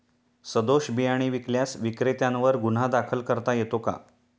सदोष बियाणे विकल्यास विक्रेत्यांवर गुन्हा दाखल करता येतो का?